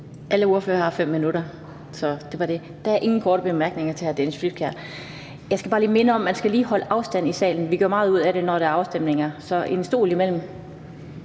Alle ordførere har 5 minutter, så det var det. Der er ingen korte bemærkninger til hr. Dennis Flydtkjær. Jeg skal bare lige minde om, at man lige skal holde afstand i salen. Vi gør meget ud af det, når der er afstemninger. Der skal være